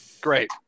Great